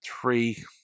three